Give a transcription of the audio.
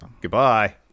Goodbye